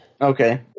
okay